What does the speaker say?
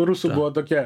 rusų buvo tokia